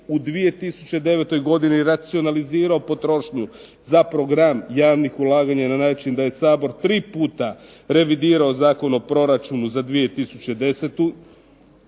u 2009. godini racionalizirao potrošnju za program javnih ulaganja na način da je Sabor tri puta revidirao Zakon o proračunu za 2010.,